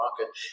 market